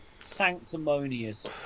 Sanctimonious